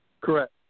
Correct